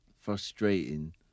frustrating